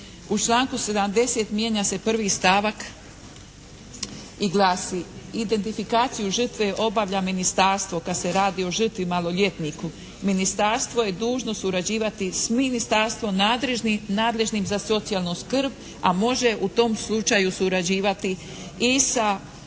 U članku 70. mijenja se prvi stavak i glasi: "Identifikaciju žrtve obavlja ministarstvo kad se radi o žrtvi maloljetniku. Ministarstvo je dužno surađivati s ministarstvom nadležnim za socijalnu skrb, a može u tom slučaju surađivati i sa